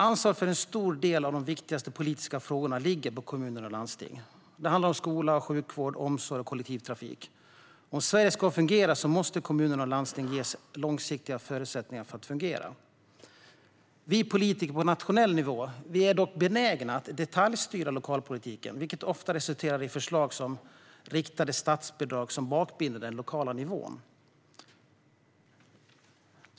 Ansvaret för en stor del av de politiska frågorna ligger på kommuner och landsting. Det handlar om skola, sjukvård, omsorg och kollektivtrafik. Om Sverige ska fungera måste kommuner och landsting ges långsiktiga förutsättningar för att fungera. Vi politiker på nationell nivå är dock benägna att detaljstyra lokalpolitiken, vilket ofta resulterar i förslag om riktade statsbidrag som bakbinder den lokala nivån.